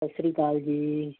ਸਤਿ ਸ਼੍ਰੀ ਅਕਾਲ ਜੀ